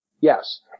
yes